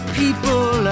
people